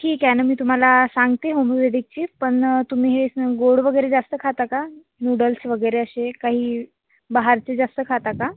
ठीक आहे ना मी तुम्हाला सांगते होम्योपॅतिकची पण तुम्ही हे स गोड वगैरे जास्त खाता का नूडल्स वगैरे असे काही बाहरचे जास्त खाता का